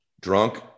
Drunk